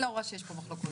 אני לא רואה שיש פה מחלוקות.